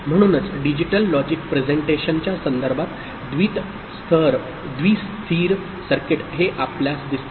म्हणूनच digital logic प्रेझेंटेशनच्या संदर्भात द्वि स्थिर सर्किट हे आपल्यास दिसते